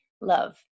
love